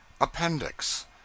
Appendix